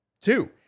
Two